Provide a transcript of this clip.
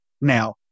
now